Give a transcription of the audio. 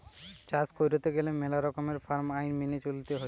চাষ কইরতে গেলে মেলা রকমের ফার্ম আইন মেনে চলতে হৈ